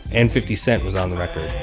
and fifty cent was on the record